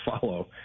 follow –